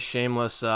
Shameless